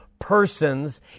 persons